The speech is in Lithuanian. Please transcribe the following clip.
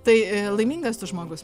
tai laimingas tu žmogus